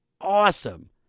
awesome